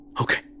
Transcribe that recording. Okay